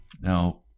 Now